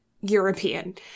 European